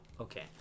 okay